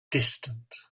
distant